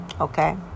okay